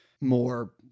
more